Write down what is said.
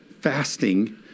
fasting